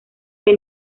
que